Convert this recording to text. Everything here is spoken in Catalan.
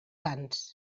sants